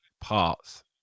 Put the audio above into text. parts